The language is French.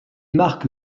marque